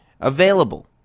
available